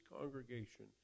congregation